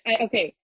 okay